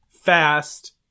Fast